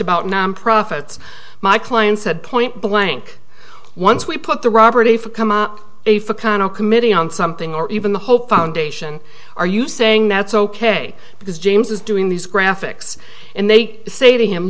about nonprofits my client said point blank once we put the robert a few come up a for cano committee on something or even the hope foundation are you saying that's ok because james is doing these graphics and they say to him